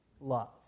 love